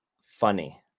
funny